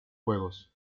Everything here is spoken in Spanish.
juegos